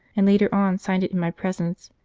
and later on signed it in my presence,